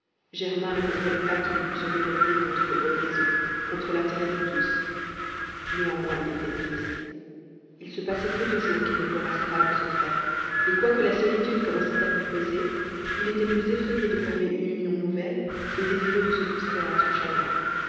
germain ne comprenait pas qu'il eût pu se révolter contre de bonnes raisons contre l'intérêt de tous néanmoins il était triste il se passait peu de jours qu'il ne pleurât sa femme en secret et quoique la solitude commençât à lui peser il était plus effrayé de former une union nouvelle que désireux de se soustraire à son chagrin